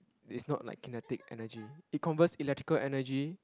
is not like kinetic energy it converts electrical energy